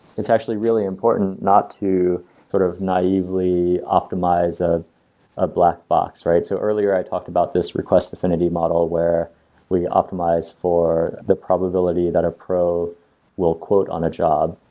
it's actually really important not to sort of naively optimize ah a black box, right? so earlier i talked about this request affinity model where we optimize for the probability that a pro will quote on a job.